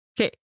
Okay